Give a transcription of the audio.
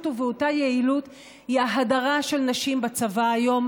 ובאותה יעילות היא ההדרה של נשים בצבא היום,